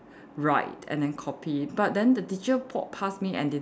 write and then copy but then the teacher walked past me and didn't